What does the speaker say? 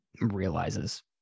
realizes